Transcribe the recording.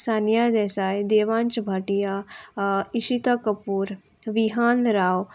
Sania Desai Devansh Bhatia Ishita Kapoor Vihaan Rao